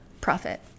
profit